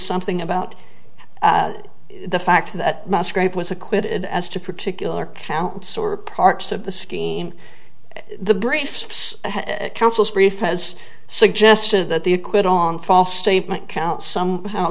something about the fact that musgrave was acquitted as to particular counts or parts of the scheme the briefs counsel's brief has suggested that the acquit on false statement counts some how